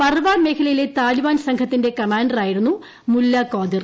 Parwan മേഖലയിലെ Taliban സംഘത്തിന്റെ കമാന്ററായിരുന്നു മുല്ല ക്വാദിർ